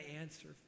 answer